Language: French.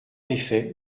effet